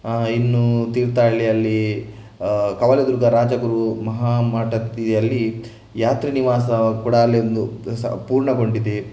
ಇನ್ನು ತೀರ್ಥಹಳ್ಳಿಯಲ್ಲಿ ಕವಲೇದುರ್ಗ ರಾಜಗುರು ಮಹಾ ಮಠದಲ್ಲಿ ಯಾತ್ರಿ ನಿವಾಸ ಕೂಡ ಅಲ್ಲಿ ಒಂದು ಸ ಪೂರ್ಣಗೊಂಡಿದೆ